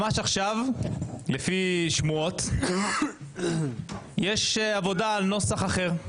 ממש עכשיו, לפי שמועות, יש עבודה על נוסח אחר.